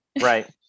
right